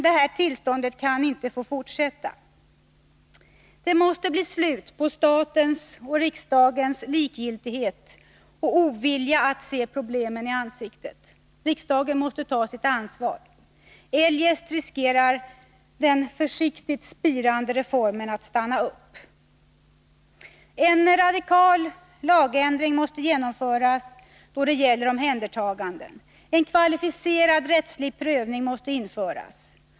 Detta tillstånd kan inte få fortsätta. Det måste bli slut på statens och riksdagens likgiltighet och ovilja att se problemen i ansiktet. Riksdagen måste ta sitt ansvar. Eljest riskerar den försiktigt spirande reformen att stanna upp. En radikal lagändring måste genomföras då det gäller omhändertaganden. En kvalificerad rättslig prövning måste införas.